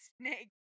snake